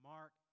Mark